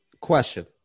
question